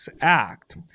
act